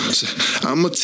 I'ma